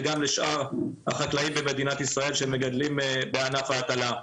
וגם לשאר החקלאים במדינת ישראל שמגדלים בענף ההטלה.